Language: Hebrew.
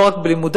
לא רק בלימודיו,